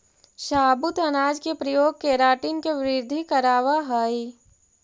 साबुत अनाज के प्रयोग केराटिन के वृद्धि करवावऽ हई